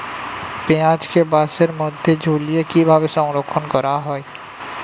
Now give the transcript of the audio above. পেঁয়াজকে বাসের মধ্যে ঝুলিয়ে কিভাবে সংরক্ষণ করা হয়?